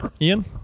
Ian